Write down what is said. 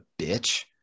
bitch